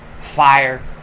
Fire